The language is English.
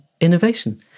innovation